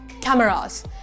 cameras